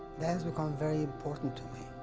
that's become very important to me.